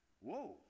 Whoa